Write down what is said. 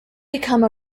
become